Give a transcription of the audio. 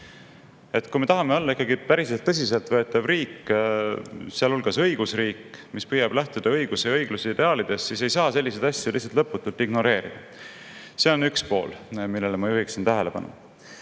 Kui me tahame ikkagi päriselt olla tõsiselt võetav riik, sealhulgas õigusriik, mis püüab lähtuda õiguse ja õigluse ideaalidest, siis ei saa selliseid asju lihtsalt lõputult ignoreerida. See on üks pool, millele ma juhiksin tähelepanu.